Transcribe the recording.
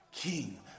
king